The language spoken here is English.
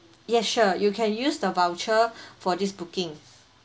yes sure you can use the voucher for this booking